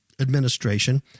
administration